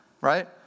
right